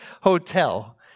hotel